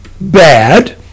bad